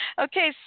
Okay